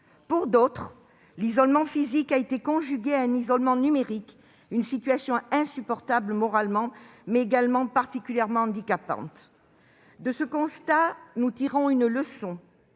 Pour d'autres, l'isolement physique a été conjugué à un isolement numérique, une telle situation étant insupportable moralement, mais également particulièrement handicapante. De ce constat, nous tirons une leçon.